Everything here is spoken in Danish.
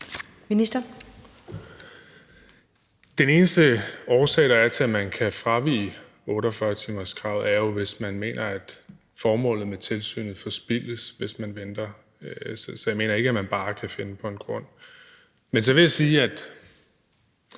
Bek): Den eneste årsag, der er, til, at man kan fravige 48-timerskravet, er jo, hvis man mener, at formålet med tilsynet forspildes, hvis man venter. Så jeg mener ikke, at man bare kan finde på en grund. Men så vil jeg sige, at